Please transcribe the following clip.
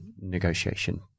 negotiation